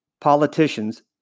politicians